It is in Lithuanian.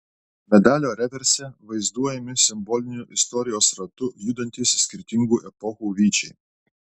medalio reverse vaizduojami simboliniu istorijos ratu judantys skirtingų epochų vyčiai